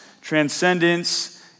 transcendence